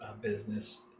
business